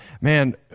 man